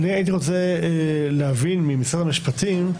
הייתי רוצה להבין ממשרד המשפטים,